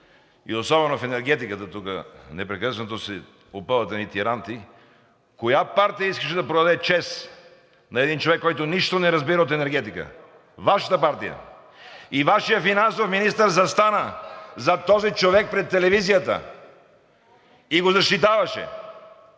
и особено в енергетиката, тук непрекъснато се опъват едни тиранти. Коя партия искаше да продаде ЧЕЗ на един човек, който нищо не разбира от енергетика?! Вашата партия! И Вашият финансов министър застана зад този човек пред телевизията и го защитаваше!